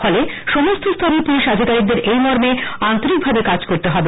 ফলে সমস্ত স্তরের পুলিশ আধিকারিকদের এই মর্মে আন্তরিকভাবে কাজ করতে হবে